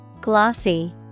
Glossy